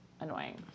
annoying